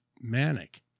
manic